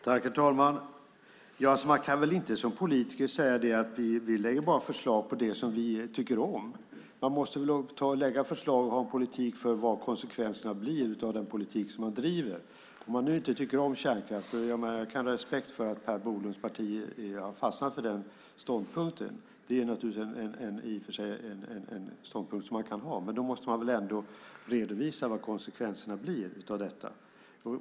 Herr talman! Man kan väl inte som politiker säga att vi bara lägger fram förslag om det som vi tycker om. Man måste väl lägga förslag och visa på vad konsekvenserna blir av den politik som man driver. Om man nu inte tycker om kärnkraft - jag kan ha respekt för att Per Bolunds parti har fastnat för den ståndpunkten, det är i och för sig en ståndpunkt som man kan ha - måste man ändå redovisa vad konsekvensen av detta blir.